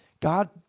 God